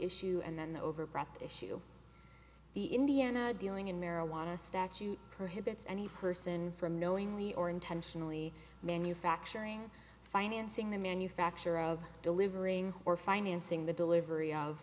issue and then the over breath issue the indiana dealing in marijuana statute her habits any person from knowingly or intentionally manufacturing financing the manufacture of delivering or financing the delivery of